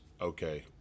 okay